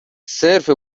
صرف